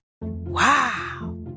Wow